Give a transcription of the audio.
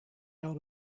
out